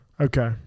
Okay